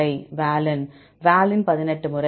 மாணவர் வாலின் வாலின் 18 முறை